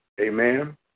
Amen